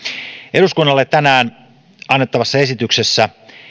eduskunnalle tänään annettavassa esityksessä